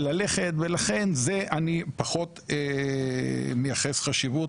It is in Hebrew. וללכת, ולכן לזה אני פחות מייחס חשיבות.